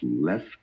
left